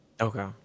Okay